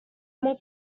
more